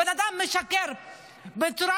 בן אדם משקר בצורה